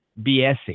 BSing